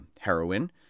heroin